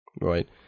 right